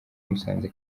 musanze